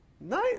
Nice